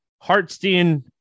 Hartstein